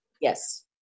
Yes